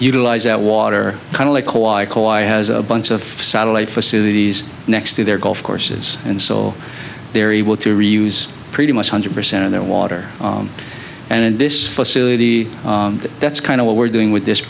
utilise that water kind of like hawaii has a bunch of satellite facilities next to their golf courses and so they're able to reuse pretty much hundred percent of their water and in this facility that's kind of what we're doing with this